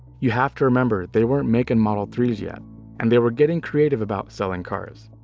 you have to remember they weren't making model three s yet and they were getting creative about selling cars.